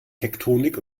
tektonik